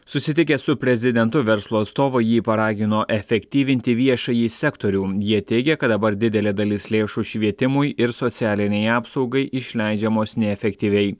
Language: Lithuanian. susitikęs su prezidentu verslo atstovai jį paragino efektyvinti viešąjį sektorių jie teigia kad dabar didelė dalis lėšų švietimui ir socialinei apsaugai išleidžiamos neefektyviai